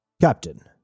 Captain